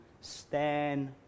stand